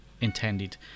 intended